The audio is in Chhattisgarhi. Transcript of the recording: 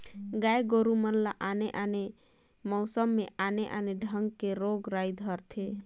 गाय गोरु मन ल आने आने मउसम में आने आने ढंग के रोग राई धरथे